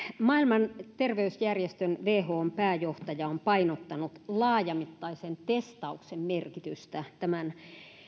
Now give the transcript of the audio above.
maailman terveysjärjestön whon pääjohtaja on painottanut laajamittaisen testauksen merkitystä tämän